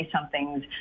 somethings